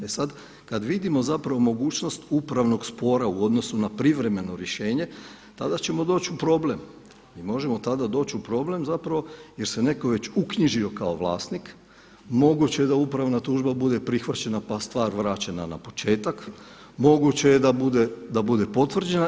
E sad, kada vidimo zapravo mogućnost upravnog spora u odnosu na privremeno rješenje tada ćemo doći u problem i možemo tada doći u problem zapravo jer se netko već uknjižio kao vlasnik, moguće da upravna tužba bude prihvaćena pa stvar vraćena na početak, moguće je da bude potvrđena.